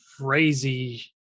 crazy